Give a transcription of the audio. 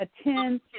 attend